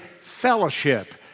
fellowship